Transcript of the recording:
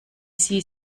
sie